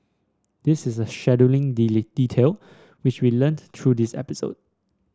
this is a scheduling detail which we learnt through this episode